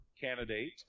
candidate